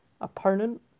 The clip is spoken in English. opponent